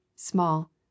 small